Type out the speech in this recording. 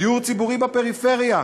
דיור ציבורי בפריפריה,